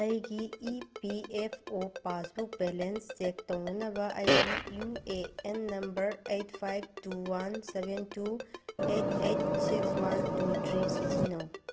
ꯑꯩꯒꯤ E P F O passbook balance check ꯇꯧꯅꯅꯕ ꯑꯩꯒꯤ U A N number eight five two one seven two eight eight six one two three ꯁꯤꯖꯤꯟꯅꯧ